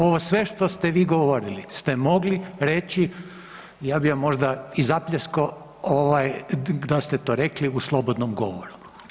Ovo sve što ste vi govorili ste mogli reći ja bi vam možda i zapljeskao ovaj da ste to rekli u slobodnom govoru.